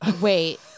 wait